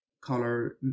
color